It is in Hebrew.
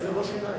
120 זה לא שיניים.